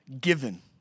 given